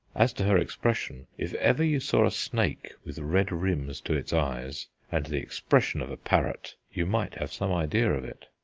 as to her expression, if ever you saw a snake with red rims to its eyes and the expression of a parrot, you might have some idea of it.